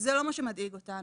זה לא מה שמדאיג אותנו.